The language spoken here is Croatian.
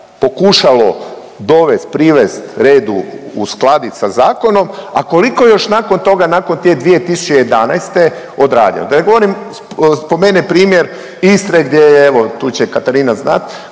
pokušalo dovesti, privesti redu, uskladit sa zakonom, a koliko još nakon toga, nakon te 2011. odrađeno. Da ne govorim, spomene primjer Istre gdje je evo tu će Katarina znati,